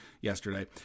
yesterday